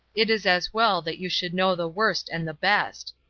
it is as well that you should know the worst and the best.